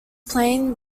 plain